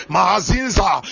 Mahazinza